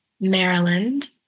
Maryland